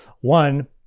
one